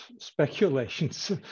speculations